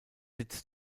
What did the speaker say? sitz